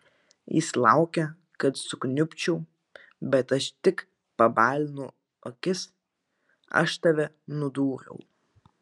jis laukia kad sukniubčiau bet aš tik pabalinu akis aš tave nudūriau